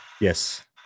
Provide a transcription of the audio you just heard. Yes